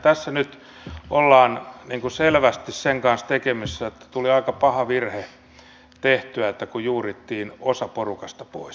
tässä nyt ollaan selvästi sen kanssa tekemisissä että tuli aika paha virhe tehtyä kun juurittiin osa porukasta pois